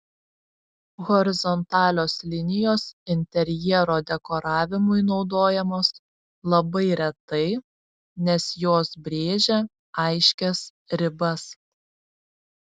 horizontalios linijos interjero dekoravimui naudojamos labai retai nes jos brėžia aiškias ribas